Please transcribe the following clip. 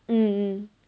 mm mm